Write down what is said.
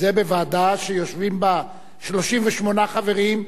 זה בוועדה שיושבים בה 38 חברים,